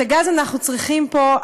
את הגז אנחנו צריכים פה,